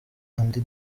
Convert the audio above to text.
andi